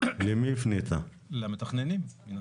למי הפנית את השאלה?